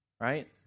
Right